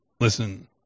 listen